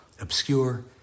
obscure